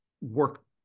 Work